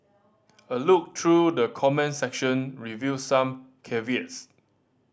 a look through the comments section revealed some caveats